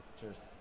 Cheers